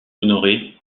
honoré